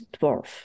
dwarf